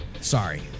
Sorry